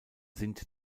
sind